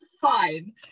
fine